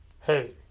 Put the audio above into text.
hey